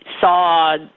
saw –